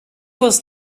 was